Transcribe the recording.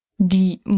Die